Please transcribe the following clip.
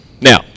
Now